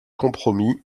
compromis